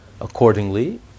accordingly